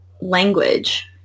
language